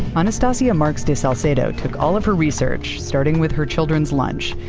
anastacia marx de salcedo took all of her research, starting with her children's lunch,